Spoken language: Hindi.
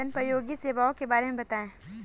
जनोपयोगी सेवाओं के बारे में बताएँ?